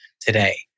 today